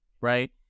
Right